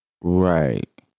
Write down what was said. Right